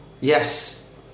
Yes